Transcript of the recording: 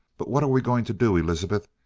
but what are we going to do, elizabeth?